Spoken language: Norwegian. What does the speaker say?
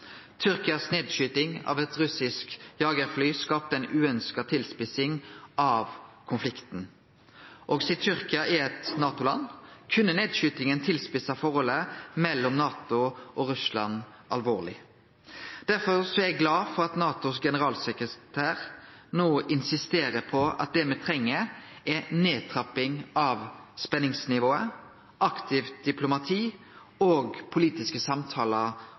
nedskyting av eit russisk jagarfly skapte ei uønskt tilspissing av konflikten; og sidan Tyrkia er eit NATO-land, kunne nedskytinga tilspisse forholdet mellom NATO og Russland alvorleg. Derfor er eg glad for at NATOs generalsekretær no insisterer på at det me treng, er ei nedtrapping av spenningsnivået, aktivt diplomati og politiske samtalar